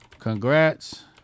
Congrats